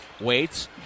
Waits